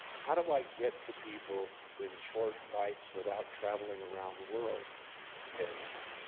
how do i get to people in short bites without traveling around the world and.